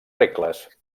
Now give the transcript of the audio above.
regles